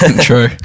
true